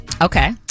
Okay